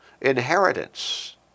Inheritance